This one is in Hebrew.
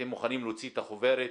להוציא את החוברת,